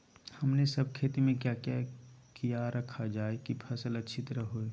हमने सब खेती में क्या क्या किया रखा जाए की फसल अच्छी तरह होई?